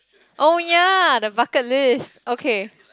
oh ya the bucket list okay